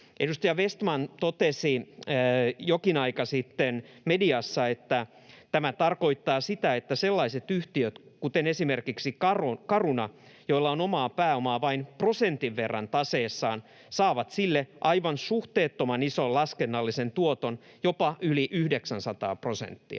Edustaja Vestman totesi jokin aika sitten mediassa, että ”tämä tarkoittaa sitä, että sellaiset yhtiöt, kuten esimerkiksi Caruna, jolla on omaa pääomaa vain prosentin verran taseessaan, saavat sille aivan suhteettoman ison laskennallisen tuoton, jopa yli 900 prosenttia”.